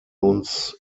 uns